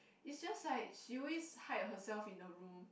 it's just like she always hide herself in the room